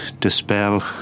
dispel